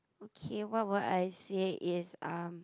okay what would I say is um